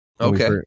Okay